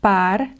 Par